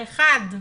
האחת,